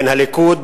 בין הליכוד